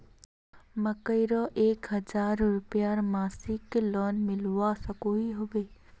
मकईर एक हजार रूपयार मासिक लोन मिलवा सकोहो होबे?